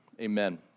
Amen